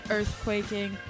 Earthquaking